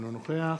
אינו נוכח